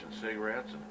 cigarettes